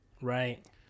Right